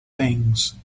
things